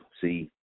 See